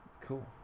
Cool